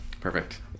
Perfect